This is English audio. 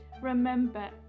remember